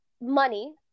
money